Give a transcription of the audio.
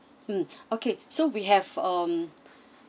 mm okay so we have um